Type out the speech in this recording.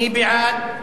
מי בעד?